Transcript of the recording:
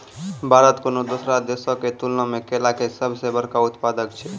भारत कोनो दोसरो देशो के तुलना मे केला के सभ से बड़का उत्पादक छै